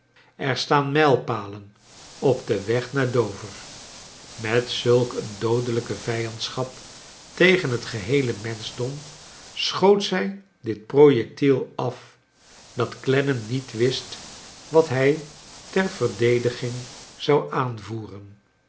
er staan mijlpalen op den weg naar dover met zulk een doodelijke vijandschap tegen het geheele menschdom sohoot zij dit projectiel af dat clennam niet wist wat hij ter verdediging zou aanvoeren